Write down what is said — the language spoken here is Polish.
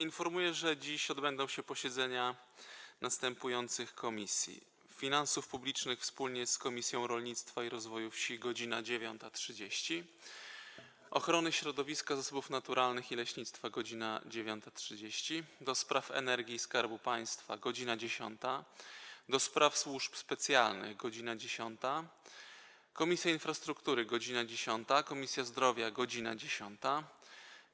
Informuję, że dziś odbędą się posiedzenia następujących Komisji: - Finansów Publicznych wspólnie z Komisją Rolnictwa i Rozwoju Wsi - godz. 9.30, - Ochrony Środowiska, Zasobów Naturalnych i Leśnictwa - godz. 9.30, - do Spraw Energii i Skarbu Państwa - godz. 10, - do Spraw Służb Specjalnych - godz. 10, - Infrastruktury - godz. 10, - Zdrowia - godz. 10,